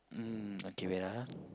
um okay wait ah